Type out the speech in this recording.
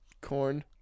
Corn